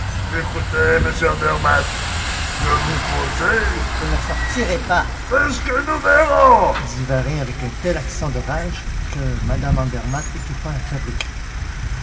écoutez monsieur andermatt je vous conseille vous ne sortirez pas c'est ce que nous verrons dit varin avec un tel accent de rage que mme andermatt étouffa un faible cri